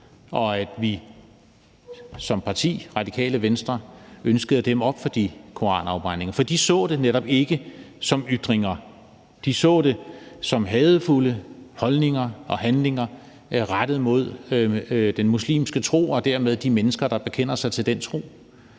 og at vi som parti, Radikale Venstre, ønsker at dæmme op for de koranafbrændinger. For de så det netop ikke som ytringer. De så det som hadefulde holdninger og handlinger rettet mod den muslimske tro og dermed de mennesker, der bekender sig til den tro,